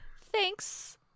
Thanks